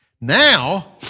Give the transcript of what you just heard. now